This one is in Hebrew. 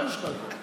מה יש לך אתה?